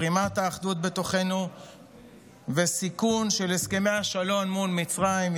פרימת האחדות בתוכנו וסיכון של הסכמי השלום מול מצרים,